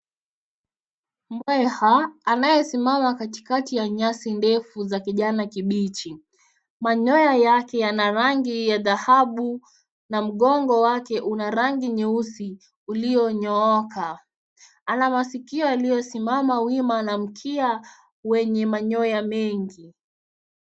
Mbweha anayesimama katikati ya nyasi ndefu za kijani kibichi. Manyoya yake yana rangi ya dhahabu na mgongo wake una rangi nyeusi uliyonyooka. Ana masikio yaliyosimama wima na mkia wenye manyoya mengi.